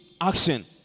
action